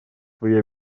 свои